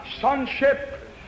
Sonship